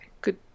good